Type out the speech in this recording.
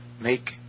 make